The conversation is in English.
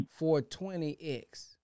420X